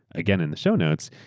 again, in the show notes.